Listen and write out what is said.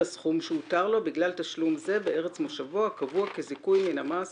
הסכום שהותר לו בגלל תשלום זה בארץ מושבו הקבוע כזיכוי מן המס